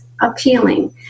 appealing